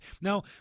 Now